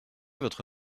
votre